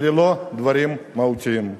וללא דברים מהותיים.